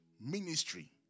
Ministry